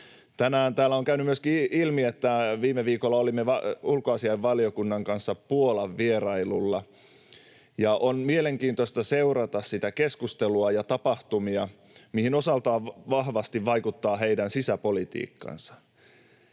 Tänään täällä on käynyt myöskin ilmi, että viime viikolla olimme ulkoasiainvaliokunnan kanssa Puolan-vierailulla, ja on mielenkiintoista seurata sitä keskustelua ja niitä tapahtumia, mihin osaltaan vahvasti vaikuttaa heidän sisäpolitiikkansa.